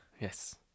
yes